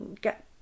get